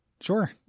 Sure